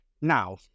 Now